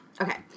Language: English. Okay